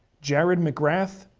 jared mcgrath,